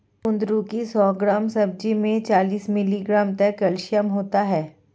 कुंदरू की सौ ग्राम सब्जी में चालीस मिलीग्राम तक कैल्शियम होता है